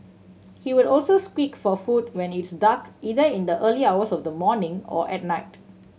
he would also squeak for food when it's dark either in the early hours of the morning or at night